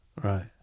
Right